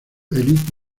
elite